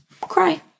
cry